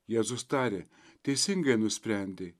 jėzus tarė teisingai nusprendei